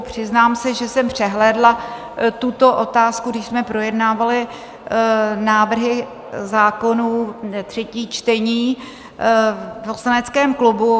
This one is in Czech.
Přiznám se, že jsem přehlédla tuto otázku, když jsme projednávali návrhy zákonů, třetí čtení v poslaneckém klubu.